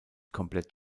komplett